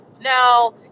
Now